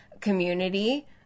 community